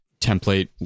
template